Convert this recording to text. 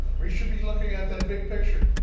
we should be looking at that big picture.